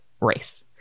race